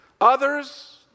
Others